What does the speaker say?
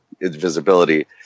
invisibility